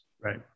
Right